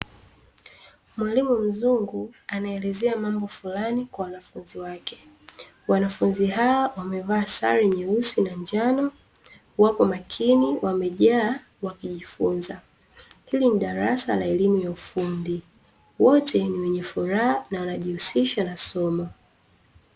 Mwalimu mzungu anaeleza mambo fulani kwa wanafunzi wake, wanafunzi hao wamevaa sare nyeusi na njano wapo makini wamejaa wakijifunza. Ili ni darasa la elimu ya ufundi wote ni wenye furaha na wanajihusisha na somo.